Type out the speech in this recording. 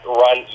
run